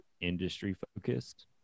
industry-focused